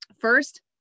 first